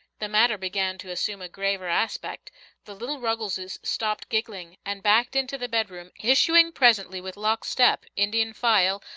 the matter began to assume a graver aspect the little ruggleses stopped giggling and backed into the bed-room, issuing presently with lock step, indian file,